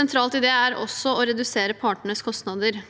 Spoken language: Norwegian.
Sentralt i dette er også å redusere partenes kostander.